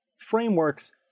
frameworks